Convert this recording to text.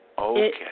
okay